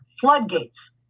floodgates